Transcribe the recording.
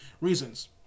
reasons